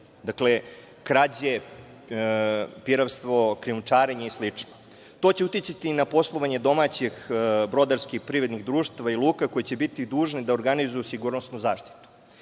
dakle, krađe, piratstvo, krijumčarenje i slično. To će uticati i na poslovanje domaćih brodarskih privrednih društava i luka koje će biti dužne da organizuju sigurnosnu zaštitu,